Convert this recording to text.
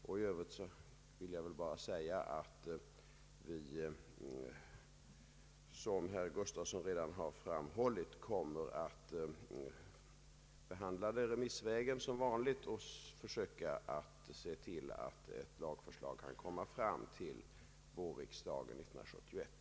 I övrigt vill jag bara säga att vi — som herr Bengt Gustavsson redan framhållit — på vanligt sätt kommer att behandla detta betänkande remissvägen och se till att ett lagförslag kan framläggas för vårriksdagen 1971.